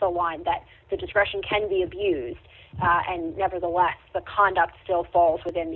the line that the discretion can be abused and nevertheless the conduct still falls within